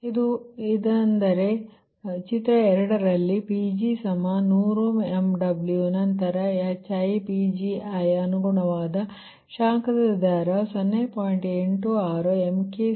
ಇದು ಅದರ ಅರ್ಥ ಅಂದರೆ ಚಿತ್ರ 2 ರಲ್ಲಿ Pg100 MW ನಂತರ HiPgiಅನುಗುಣವಾದ ಶಾಖದ ದರ 0